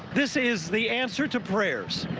this is the answer to prayers.